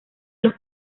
los